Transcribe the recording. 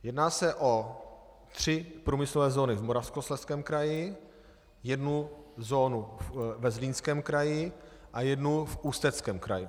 Jedná se o tři průmyslové zóny v Moravskoslezském kraji, jednu zónu ve Zlínském kraji a jednu v Ústeckém kraji.